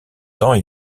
temps